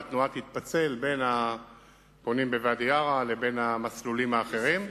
התנועה תתפצל בין הפונים בוואדי עארה לבין המסלולים האחרים.